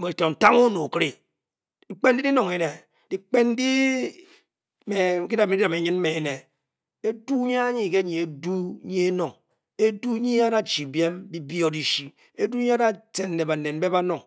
me to ntange onet okere. dyikpen ndy dynong éné dikpen ndyi di áá me nyn ene. edu'nyi-uyi ke nyi edu'nyi enong. edu nyi a'da-chi byiem byi-byi o dy-shi. edu'nyi a'da cēn ne-banet nbe-banong.